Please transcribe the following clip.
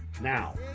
Now